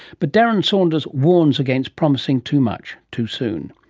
but darren saunders warns against promising too much too soon.